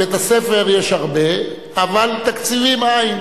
בית-הספר, יש הרבה, אבל תקציבים איִן.